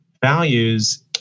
values